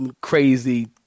crazy